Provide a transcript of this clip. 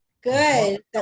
good